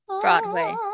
Broadway